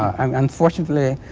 i mean unfortunately,